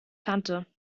kannte